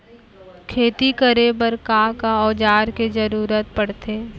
खेती करे बर का का औज़ार के जरूरत पढ़थे?